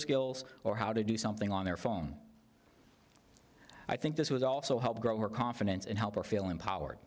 skills or how to do something on their phone i think this would also help grow her confidence and help her feel empower